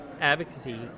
advocacy